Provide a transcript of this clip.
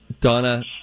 Donna